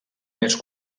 més